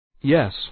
Yes